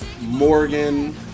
Morgan